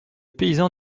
paysan